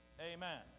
amen